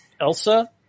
Elsa